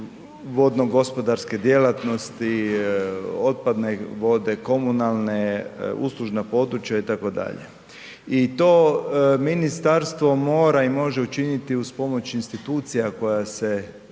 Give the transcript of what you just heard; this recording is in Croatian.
vodno gospodarske djelatnosti, otpadne vode, komunalne, uslužna područja, itd. I to Ministarstvo mora i može učiniti uz pomoć institucija koja se